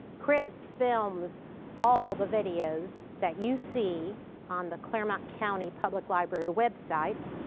chris films all the videos that you see on the clermont county public library website.